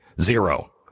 zero